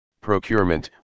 procurement